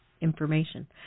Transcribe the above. information